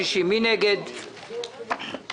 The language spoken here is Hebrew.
בשנה נורמאלית מביאים את כל העודפים לחדר הזה כדי להעביר.